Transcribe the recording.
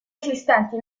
esistenti